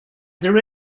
there